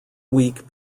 week